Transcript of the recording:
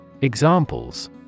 Examples